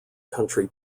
country